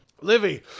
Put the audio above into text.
Livy